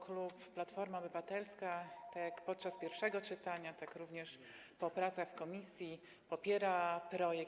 Klub Platforma Obywatelska tak jak podczas pierwszego czytania, tak również po pracach w komisji popiera projekt.